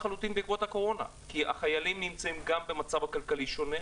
לחלוטין בעקבות הקורונה כי החיילים נמצאים במצב כלכלי שונה,